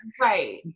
right